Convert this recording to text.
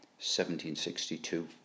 1762